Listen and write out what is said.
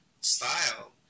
style